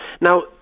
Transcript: Now